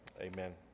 Amen